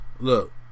Look